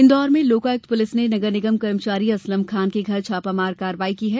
इन्दौर में लोकायुक्त पुलिस ने नगरनिगम कर्मचारी असलम खान के घर पर छापामार कार्यवाही की है